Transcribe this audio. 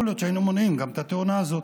יכול להיות שהיינו מונעים גם את התאונה הזאת,